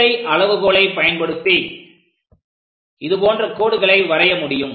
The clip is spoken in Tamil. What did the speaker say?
உருளை அளவுகோலை பயன்படுத்தி இதுபோன்ற கோடுகளை வரைய முடியும்